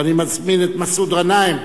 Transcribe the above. ואני מזמין את מסעוד גנאים,